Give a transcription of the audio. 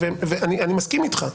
אני מסכים איתך.